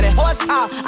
horsepower